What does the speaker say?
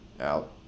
out